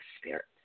spirit